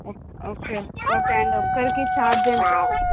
okay okay అండి ఒకరికి charge ఎంత